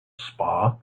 spa